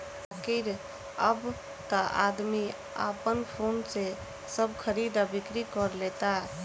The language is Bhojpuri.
बाकिर अब त आदमी आपन फोने से सब खरीद आ बिक्री कर लेता